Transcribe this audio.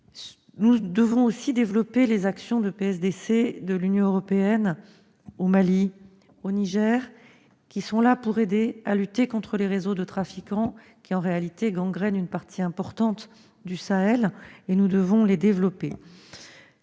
Nous devrons aussi développer les actions de PSDC de l'Union européenne au Mali et au Niger, ces pays nous aidant à lutter contre les réseaux de trafiquants qui, en réalité, gangrènent une partie importante du Sahel. Nous avons aussi, pour